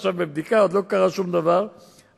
עוד לא התחילו ועדות הכנסת לפעול,